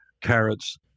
carrots